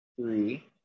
three